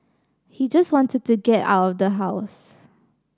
he just wanted to get out of the house